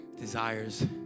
desires